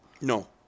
No